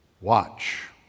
watch